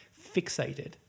fixated